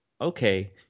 okay